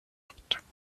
fortement